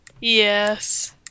Yes